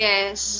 Yes